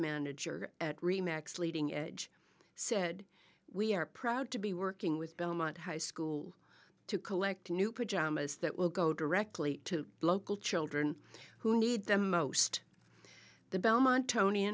leading edge said we are proud to be working with belmont high school to collect new pajamas that will go directly to local children who need them most the belmont tony